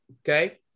okay